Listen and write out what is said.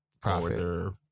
profit